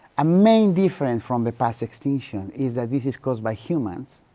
ah main difference from the past extinction is that this is caused by humans,